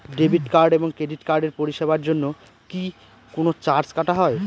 Debit card এবং credit কার্ডের পরিষেবার জন্য কি কোন চার্জ কাটা হয়?